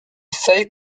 feuilles